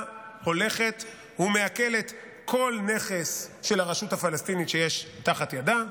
הולכת ומעקלת כל נכס של הרשות הפלסטינית שיש תחת ידה,